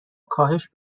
کاهش